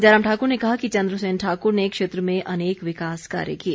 जयराम ठाकुर ने कहा कि चन्द्रसेन ठाकुर ने क्षेत्र में अनेक विकास कार्य किए